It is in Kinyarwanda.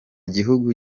gihugu